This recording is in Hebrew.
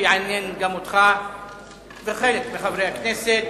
שיעניין גם אותך וחלק מחברי הכנסת